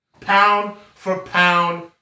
pound-for-pound